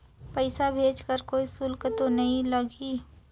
पइसा भेज कर कोई शुल्क तो नी लगही?